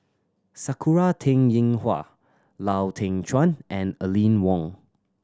Sakura Teng Ying Hua Lau Teng Chuan and Aline Wong